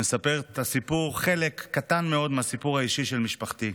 ומספר חלק קטן מאוד מהסיפור האישי של משפחתי.